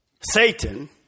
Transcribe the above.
Satan